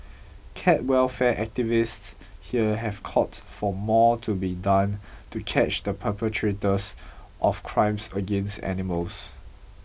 cat welfare activists here have called for more to be done to catch the perpetrators of crimes against animals